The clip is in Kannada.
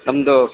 ನಮ್ಮದು